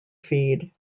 feed